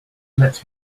lets